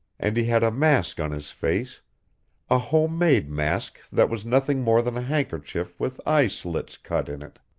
and he had a mask on his face a home-made mask that was nothing more than a handkerchief with eye slits cut in it.